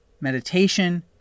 meditation